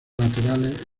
laterales